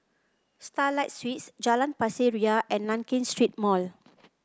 Starlight Suites Jalan Pasir Ria and Nankin Street Mall